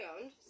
owned